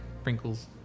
sprinkles